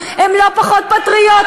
עם רצון לתרום ורצון להועיל,